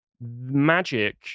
magic